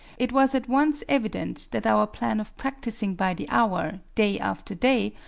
it was at once evident that our plan of practicing by the hour, day after day,